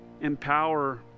empower